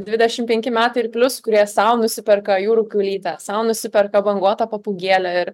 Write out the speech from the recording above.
dvidešim penki metai ir plius kurie sau nusiperka jūrų kiaulytę sau nusiperka banguotą papūgėlę ir